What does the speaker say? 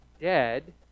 dead